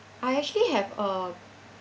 I actually have a